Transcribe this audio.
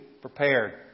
prepared